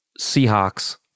Seahawks